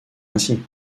ainsi